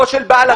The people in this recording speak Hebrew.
תודה.